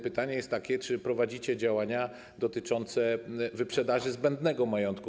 Pytanie jest takie: Czy prowadzicie działania dotyczące wyprzedaży zbędnego majątku?